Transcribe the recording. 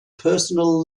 personal